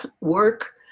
work